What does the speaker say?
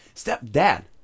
stepdad